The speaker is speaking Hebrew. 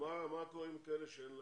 אבל מה קורה עם כאלה שאין להם?